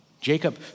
Jacob